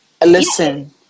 listen